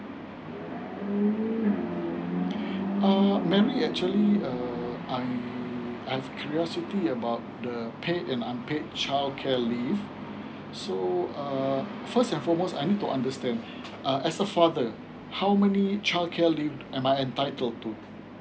uh mary actually uh um I've curiosity about the paid and unpaid childcare leave first and foremost I need to understand err as a father how many child care leave am I entitled to